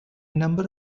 number